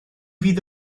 fydd